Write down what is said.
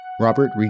Robert